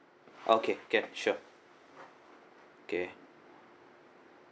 okay can sure okay